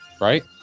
Right